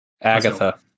Agatha